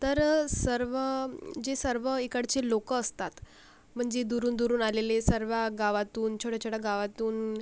तर सर्व जे सर्व इकडचे लोकं असतात म्हणजे दुरून दुरून आलेले सर्व गावातून छोट्या छोट्या गावातून